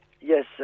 Yes